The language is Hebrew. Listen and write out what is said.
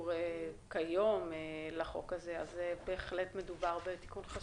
ולכן בהחלט מדובר בתיקון חשוב.